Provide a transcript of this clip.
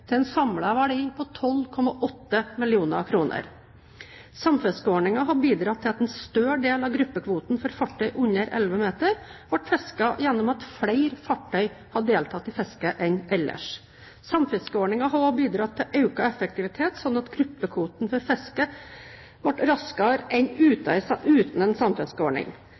til en samlet verdi av 12,8 mill. kr. Samfiskeordningen har bidratt til at en større del av gruppekvoten for fartøy under 11 m ble fisket gjennom at flere fartøy enn ellers har deltatt i fisket. Samfiskeordningen har også bidratt til økt effektivitet, slik at gruppekvoten ble fisket raskere enn uten en